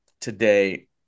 today